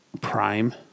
Prime